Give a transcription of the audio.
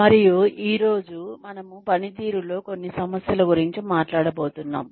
మరియు ఈ రోజు మనము పనితీరులో కొన్ని సమస్యల గురించి మాట్లాడబోతున్నాము